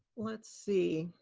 let's see.